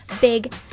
big